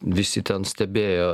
visi ten stebėjo